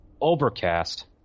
Overcast